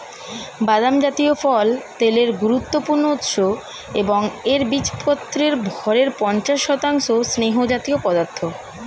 বাদাম জাতীয় ফল তেলের গুরুত্বপূর্ণ উৎস এবং এর বীজপত্রের ভরের পঞ্চাশ শতাংশ স্নেহজাতীয় পদার্থ